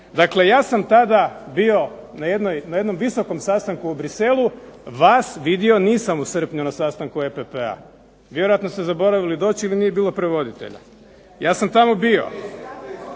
Dakle, ja sam tada bio na jednom visokom sastanku u Bruxellesu vas vidio nisam u srpnju na sastanku EPP-a. Vjerojatno ste zaboravili doći ili nije bilo prevoditelja. Ja sam tamo bio